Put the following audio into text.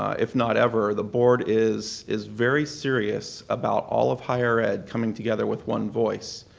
if not ever, the board is is very serious about all of higher ed coming together with one voice.